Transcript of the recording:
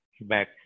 back